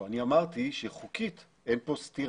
לא, אני אמרתי שחוקית אין פה סתירה.